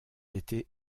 été